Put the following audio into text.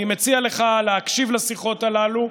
אני מציע לך להקשיב לשיחות הללו,